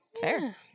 Fair